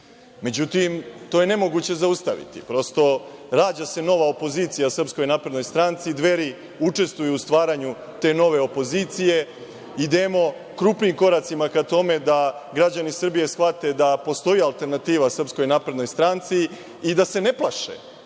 Međutim, to je nemoguće zaustaviti. Prosto, rađa se nova opozicija Srpskoj naprednoj stranci, Dveri učestvuju u stvaranju te nove opozicije, idemo krupnim koracima ka tome da građani Srbije shvate da postoji alternativa SNS i da se ne plaše